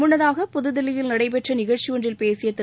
முன்னதாக புதுதில்லியில் நடைபெற்ற நிகழ்ச்சி ஒன்றில் பேசிய திரு